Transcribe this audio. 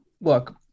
look